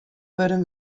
wurden